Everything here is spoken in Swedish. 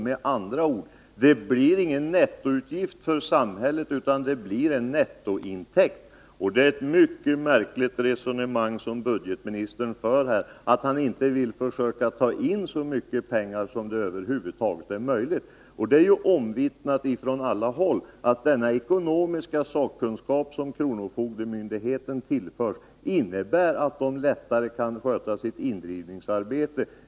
Med andra ord, det blir ingen nettoutgift för samhället utan en nettointäkt. Det är ett mycket märkligt resonemang som budgetministern för — att han inte vill försöka ta in så mycket pengar som över huvud taget är möjligt. Det är också omvittnat från alla håll att den ekonomiska sakkunskap som kronofogdemyndigheten tillförs innebär att man lättare kan sköta sitt indrivningsarbete.